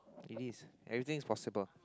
it is everything is possible